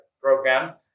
program